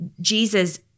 Jesus